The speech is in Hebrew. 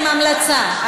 עם המלצה,